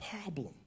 problem